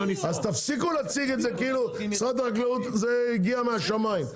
אז תקשיבו להציג את זה כאילו משרד החקלאות זה הגיע מהשמיים,